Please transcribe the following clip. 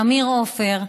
עמיר עופר,